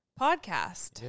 podcast